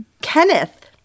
Kenneth